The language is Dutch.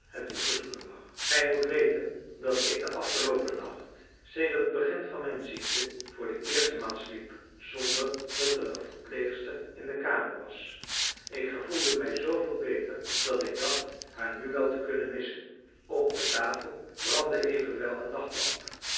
het u verzoeken mag gij moet weten dat ik in den afgeloopen nacht sedert het begin van mijn ziekte voor de eerste maal sliep zonder dat er een verpleegster in de kamer was ik gevoelde mij zooveel beter dat ik dacht haar nu wel te kunnen missen op de tafel brandde evenwel een